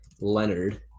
Leonard